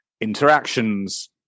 interactions